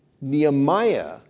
Nehemiah